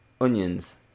onions